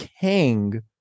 Kang